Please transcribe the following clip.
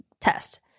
test